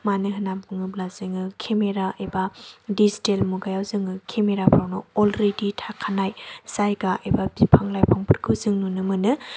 मानो होनना बुङोब्ला जोङो केमेरा एबा दिजिटेल मुगायाव जोङो केमेराफोरावनो अलरेडि थाखानाय जायगा एबा बिफां लाइफांफोरखौ जोङो नुनो मोनो